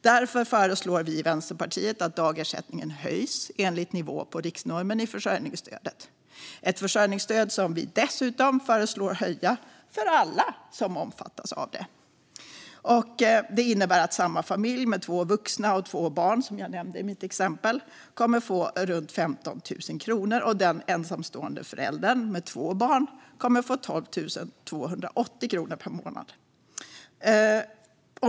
Därför föreslår vi i Vänsterpartiet att dagersättningen höjs enligt nivå på riksnormen i försörjningsstödet. Det är ett försörjningsstöd som vi dessutom föreslår höjs för alla som omfattas av det. Det innebär att samma familj med två vuxna och två barn, som jag nämnde i mitt exempel, skulle få runt 15 000 kronor, och den ensamstående föräldern med två barn skulle få 12 280 kronor per månad.